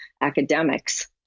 academics